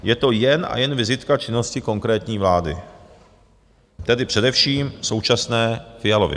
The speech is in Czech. Je to jen a jen vizitka činnosti konkrétní vlády, tedy především současné Fialovy vlády.